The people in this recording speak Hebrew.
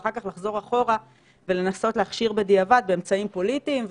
ואחר כך לחזור אחורה ולנסות להכשיר בדיעבד באמצעים פוליטיים.